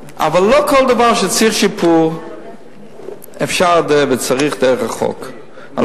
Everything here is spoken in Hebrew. אבל לא כל דבר שצריך שיפור אפשר וצריך לעשות דרך החוק.